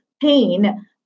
pain